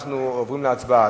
אנחנו עוברים להצבעה.